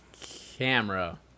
camera